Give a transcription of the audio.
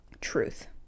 truth